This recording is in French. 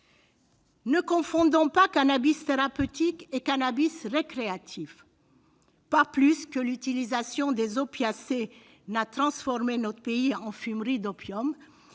ne confondons pas cannabis thérapeutique et cannabis récréatif. L'utilisation des opiacés n'a pas transformé notre pays en fumerie d'opium